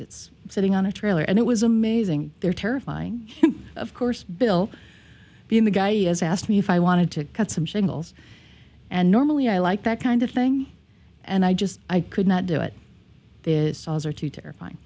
it's sitting on a trailer and it was amazing they're terrifying of course bill being the guy has asked me if i wanted to cut some shingles and normally i like that kind of thing and i just i could not do it is too terrifying